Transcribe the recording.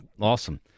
Awesome